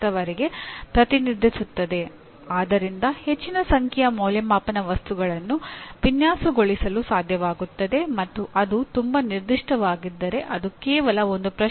ಮೊದಲು ಜನರ ಅಗತ್ಯತೆಗಳಿಗೆ ಅನುಭವಗಳಿಗೆ ಮತ್ತು ಭಾವನೆಗಳಿಗೆ ಹಾಜರಾಗುವುದು ಮತ್ತು ನಂತರ ಮಧ್ಯಪ್ರವೇಶಿಸುವುದರಿಂದ ಅವರು ಗುರುತಿಸಲಾದ ನಿರ್ದಿಷ್ಟ ವಿಷಯಗಳನ್ನು ಕಲಿಯುತ್ತಾರೆ